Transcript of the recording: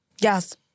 Yes